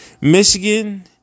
Michigan